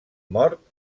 mort